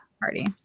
party